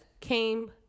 came